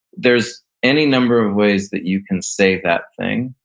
there's any number of ways that you can say that thing,